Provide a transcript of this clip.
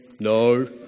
No